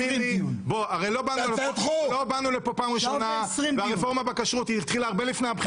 לא באנו לפה בפעם הראשונה והרפורמה בכשרות התחילה הרבה לפני הבחירות.